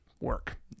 work